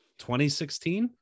2016